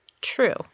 true